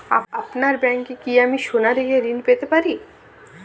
আপনার ব্যাংকে কি আমি সোনা রেখে ঋণ পেতে পারি?